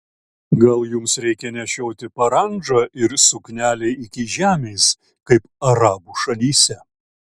gal jums reikia nešioti parandžą ir suknelę iki žemės kaip arabų šalyse